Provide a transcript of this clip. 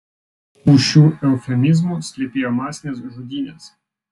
už šių eufemizmų slypėjo masinės žudynės